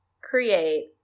create